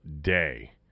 day